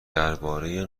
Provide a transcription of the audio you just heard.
درباره